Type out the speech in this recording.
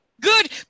Good